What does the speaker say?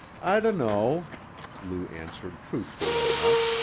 i dunno, lou answered truthfully enough.